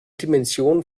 dimension